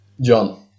John